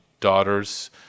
daughters